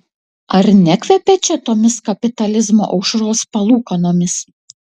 ar nekvepia čia tomis kapitalizmo aušros palūkanomis